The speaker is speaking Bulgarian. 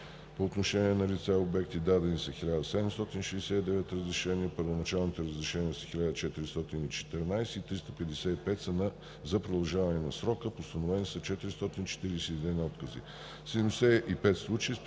по отношение на лица и обекти. Дадени са общо 1769 разрешения – първоначалните разрешения са 1414 и 355 са за продължаване на срока. Постановени са 441 отказа.